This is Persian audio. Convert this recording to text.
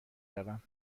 روم